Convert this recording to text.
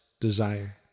desire